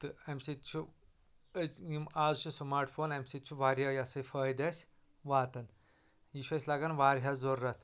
تہٕ امہِ سۭتۍ چھُ أز یِم آز چھِ سمارٹ فون امہِ سۭتۍ چھُ واریاہ یہِ ہسا یہِ فٲیدٕ اسہِ واتان یہِ چھُ اسہِ لگان واریاہس ضروٗرت